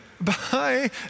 bye